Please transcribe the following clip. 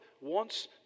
wants